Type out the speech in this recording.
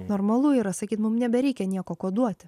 normalu yra sakyt mum nebereikia nieko koduoti